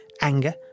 anger